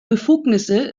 befugnisse